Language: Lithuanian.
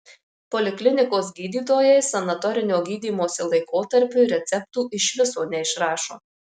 poliklinikos gydytojai sanatorinio gydymosi laikotarpiui receptų iš viso neišrašo